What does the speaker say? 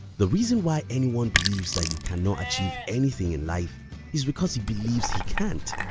the reason why anyone believes that you cannot achieve anything in life is because he believes he can't.